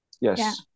Yes